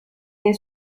dei